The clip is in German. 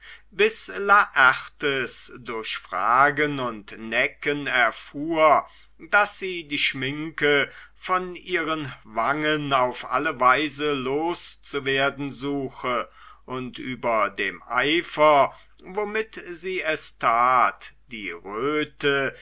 bis laertes durch fragen und necken erfuhr daß sie die schminke von ihren wangen auf alle weise loszuwerden suche und über dem eifer womit sie es tat die röte